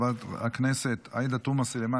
חברת הכנסת עאידה תומא סלימאן,